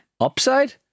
Upside